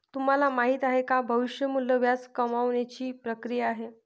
तुम्हाला माहिती आहे का? भविष्य मूल्य व्याज कमावण्याची ची प्रक्रिया आहे